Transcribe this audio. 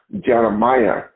Jeremiah